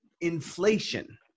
inflation